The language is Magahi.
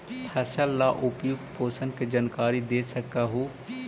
फसल ला उपयुक्त पोषण के जानकारी दे सक हु?